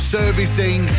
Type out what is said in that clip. servicing